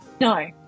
no